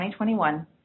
2021